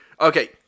Okay